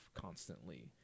constantly